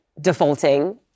defaulting